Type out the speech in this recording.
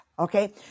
Okay